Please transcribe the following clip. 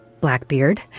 Blackbeard